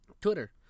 Twitter